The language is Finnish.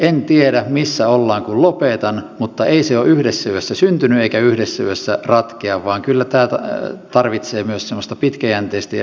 en tiedä missä ollaan kun lopetan mutta ei se ole yhdessä yössä syntynyt eikä yhdessä yössä ratkea vaan kyllä tämä tarvitsee myös semmoista pitkäjänteisyyttä ja yhteistuumaisuutta